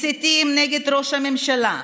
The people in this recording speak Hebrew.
מסיתים נגד ראש הממשלה,